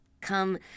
come